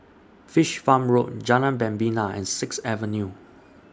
Fish Farm Road Jalan Membina and Sixth Avenue